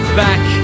back